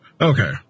Okay